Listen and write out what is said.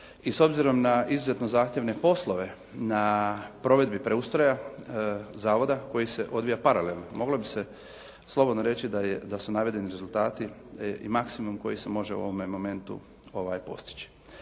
i s obzirom na izuzetno zahtjevne poslove na provedbi preustroja zavoda koji se odvija paralelno moglo bi se slobodno reći da su navedeni rezultati i maksimum koji se može u ovome momentu postići.